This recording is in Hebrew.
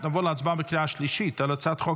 נעבור להצבעה בקריאה שלישית על הצעת חוק